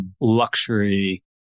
luxury